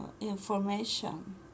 information